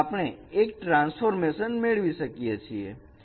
અને આપણે એક ટ્રાન્સફોર્મેશન મેળવી શકીએ છીએ